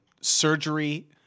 surgery